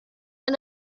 and